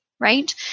Right